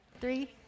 three